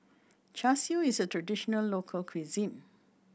Char Siu is a traditional local cuisine